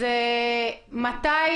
מתי,